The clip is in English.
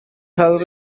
has